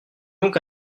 donc